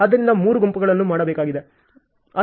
ಆದ್ದರಿಂದ 3 ಗೋಪುರಗಳನ್ನು ಮಾಡಬೇಕಾಗಿದೆ